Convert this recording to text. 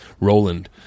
Roland